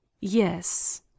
yes